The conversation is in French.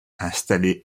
installée